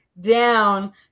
down